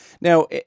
Now